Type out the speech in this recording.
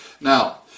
Now